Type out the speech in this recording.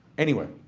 anywhere.